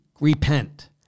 repent